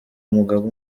mugabo